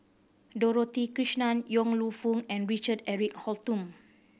Dorothy Krishnan Yong Lew Foong and Richard Eric Holttum